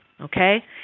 Okay